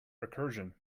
recursion